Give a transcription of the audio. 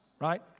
right